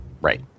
Right